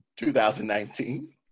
2019